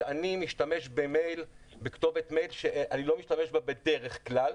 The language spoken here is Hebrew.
שאני משתמש בכתובת מייל שאני לא משתמש בה בדרך כלל,